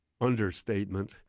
understatement